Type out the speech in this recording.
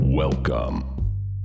Welcome